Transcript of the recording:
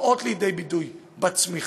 הן באות לידי ביטוי בצמיחה.